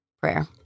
prayer